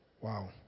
Wow